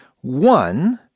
One